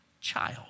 child